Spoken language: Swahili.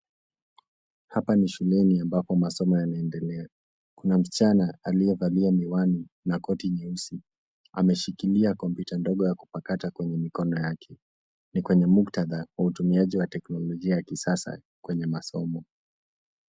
Hapa ni shuleni ambapo masomo yanaendelea. Kuna msichana aliyevalia miwani na koti nyeusi, ameshikilia kompyuta ndogo ya kupakata kwenye mikono yake, ni kwenye muktadha wa utumiaji wa teknolojia ya kisasa kwenye masomo.